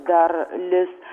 dar lis